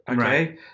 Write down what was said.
okay